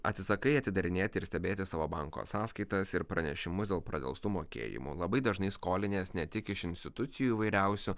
atsisakai atidarinėti ir stebėti savo banko sąskaitas ir pranešimus dėl pradelstų mokėjimų labai dažnai skolinies ne tik iš institucijų įvairiausių